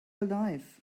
alive